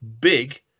big